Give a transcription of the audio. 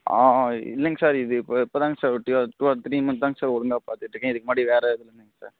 ஆ ஆ இல்லைங்க சார் இது இப்போ இப்போ தாங்க சார் ஒரு டூ டூ ஆர் த்ரீ மந்த்தாங்க சார் ஒழுங்காக பார்த்துட்ருக்கேன் இதுக்கு முன்னாடி வேறு சார்